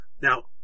now